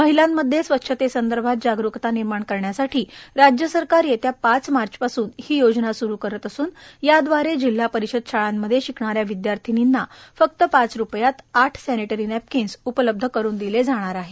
महितांमध्ये स्वच्छतेसंदर्भात जागस्कता निर्माण करण्यासाठी राज्यसरकार येत्या पाच मार्चपासून ही येजना सुरू करत असून याद्वारे जिल्हा परिषद शाळांमध्ये शिकणाऱ्या विद्यार्थिनीना फक्त पाच रुपयांत आठ सॅनिटरी नॅपकिन्स उपलब्ध करून दिले जाणार आहेत